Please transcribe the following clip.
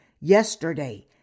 yesterday